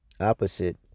opposite